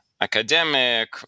academic